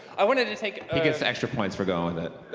i wanted to take a he gets extra points for going with it.